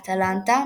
אטלנטה,